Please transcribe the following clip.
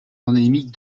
endémique